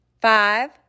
five